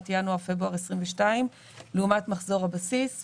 ינואר-פברואר 2022 לעומת מחזור הבסיס.